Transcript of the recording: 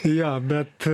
jo bet